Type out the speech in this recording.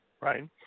Right